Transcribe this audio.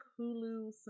Hulu